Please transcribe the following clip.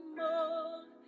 more